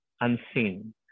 unseen